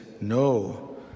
No